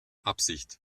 absicht